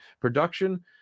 production